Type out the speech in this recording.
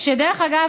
דרך אגב,